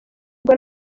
ubwo